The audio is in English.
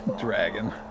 dragon